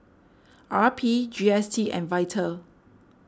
R P G S T and Vital